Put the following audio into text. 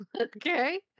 Okay